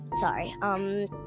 sorry